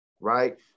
right